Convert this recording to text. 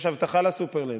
יש אבטחה לסופרלנד.